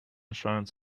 shines